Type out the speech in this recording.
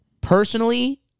Personally